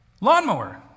lawnmower